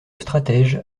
stratège